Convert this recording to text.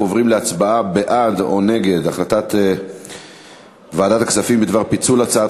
אנחנו עוברים להצבעה בעד או נגד החלטת ועדת הכספים בדבר פיצול הצעת